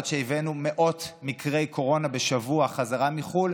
עד שהבאנו מאות מקרי קורונה בשבוע חזרה מחו"ל,